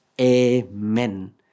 Amen